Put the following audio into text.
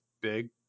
big